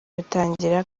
bitangira